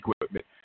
equipment